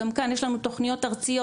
גם כאן יש לנו תוכניות ארציות,